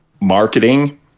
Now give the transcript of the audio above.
marketing